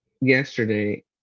yesterday